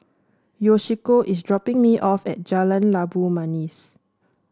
Yoshiko is dropping me off at Jalan Labu Manis